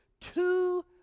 two